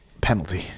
penalty